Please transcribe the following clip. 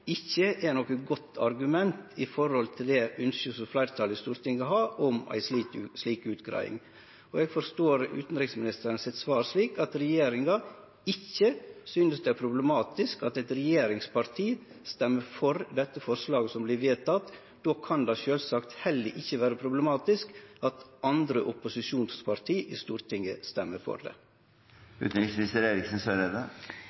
ikkje er noko godt argument mot det ønsket som fleirtalet i Stortinget har om ei slik utgreiing. Eg forstår svaret til utanriksministeren slik at regjeringa ikkje synest det er problematisk at eit regjeringsparti stemmer for forslaget som vert vedteke. Då kan det sjølvsagt heller ikkje vere problematisk at opposisjonsparti i Stortinget stemmer for. Representanten Abid Q. Raja ga en fyldig stemmeforklaring på hvorfor Venstre kommer til å stemme som de